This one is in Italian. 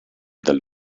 dal